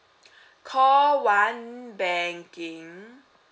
call one banking